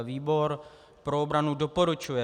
Výbor pro obranu doporučuje